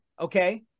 Okay